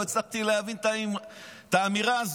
לא הצלחתי להבין את האמירה הזאת.